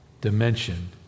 dimension